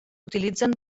utilitzen